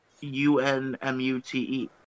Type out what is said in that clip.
U-N-M-U-T-E